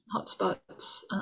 hotspots